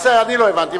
בסדר, אני לא הבנתי.